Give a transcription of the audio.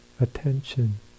attention